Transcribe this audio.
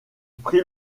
prit